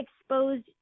exposed